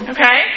Okay